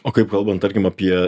o kaip kalbant tarkim apie